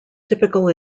typical